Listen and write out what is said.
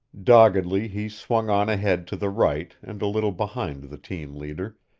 doggedly he swung on ahead to the right and a little behind the team leader,